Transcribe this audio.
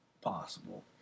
Possible